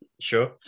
Sure